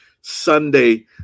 Sunday